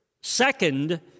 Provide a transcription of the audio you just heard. second